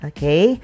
Okay